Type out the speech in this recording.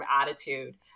attitude